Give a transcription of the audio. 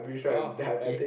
oh okay